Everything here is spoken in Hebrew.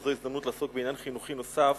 אבל זו הזדמנות לעסוק בעניין חינוכי נוסף,